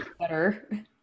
better